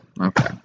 Okay